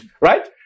right